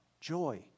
joy